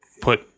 put